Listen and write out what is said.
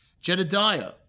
Jedediah